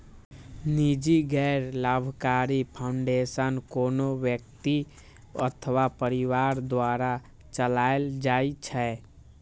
निजी गैर लाभकारी फाउंडेशन कोनो व्यक्ति अथवा परिवार द्वारा चलाएल जाइ छै